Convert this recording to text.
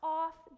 off